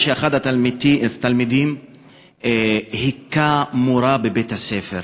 לאחר שאחד התלמידים הכה מורָה בבית-הספר.